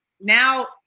now